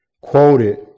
quoted